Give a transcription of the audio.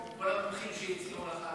אולי צריך להחליף את כל המומחים שהציעו לך לא,